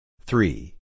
three